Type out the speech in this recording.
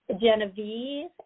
Genevieve